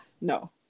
no